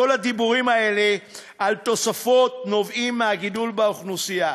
כל הדיבורים האלה על תוספות נובעים מהגידול באוכלוסייה.